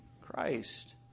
Christ